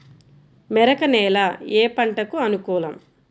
మెరక నేల ఏ పంటకు అనుకూలం?